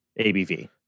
ABV